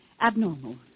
abnormal